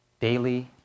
daily